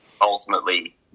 Ultimately